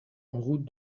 route